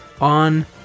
on